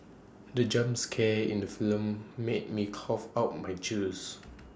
the jump scare in the film made me cough out my juice